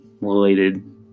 related